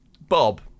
bob